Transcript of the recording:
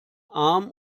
arm